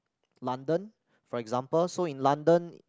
London for example so in London